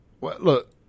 look